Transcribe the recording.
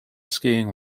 skiing